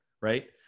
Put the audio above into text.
right